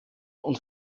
und